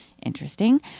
interesting